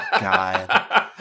God